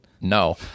No